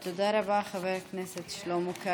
כל הכבוד, חבר הכנסת קרעי.